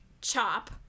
chop